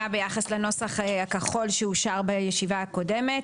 ביחס לנוסח הכחול שאושר בישיבה הקודמת.